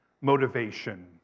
motivation